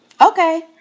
Okay